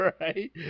right